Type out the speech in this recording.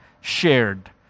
shared